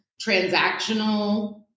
transactional